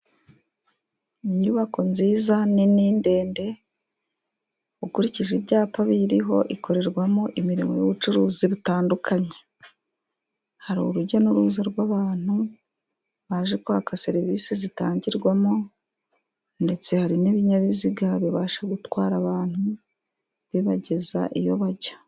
Ni inyubako nziza nini ndende. Ukurikije ibyapa biyiriho ikorerwamo imirimo y'ubucuruzi butandukanye. Hari urujya n'uruza rw'abantu baje kwaka serivisi zitangirwamo, ndetse hari n'ibinyabiziga bibasha gutwara abantu bibageza iyo bajya.